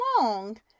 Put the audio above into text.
long